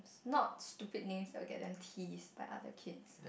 not stupid names that will get them teased by other kids